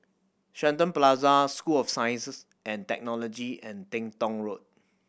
Shenton Plaza School of Science and Technology and Teng Tong Road